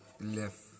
left